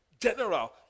general